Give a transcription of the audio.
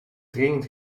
dringend